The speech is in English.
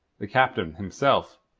the captain, himself,